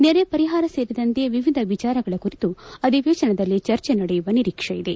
ನೆರೆ ಪರಿಹಾರ ಸೇರಿದಂತೆ ವಿವಿಧ ವಿಚಾರಗಳ ಕುರಿತು ಅಧಿವೇಶನದಲ್ಲಿ ಚರ್ಚೆ ನಡೆಯುವ ನಿರೀಕ್ಷೆಯಿದೆ